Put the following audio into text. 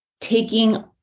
taking